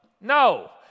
no